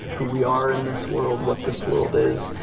who we are in this world, what this world is,